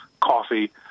coffee